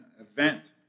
event